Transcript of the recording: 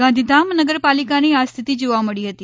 ગાંધીધામ નગરપાલિકાની આ સ્થિતિ જોવા મળી હતી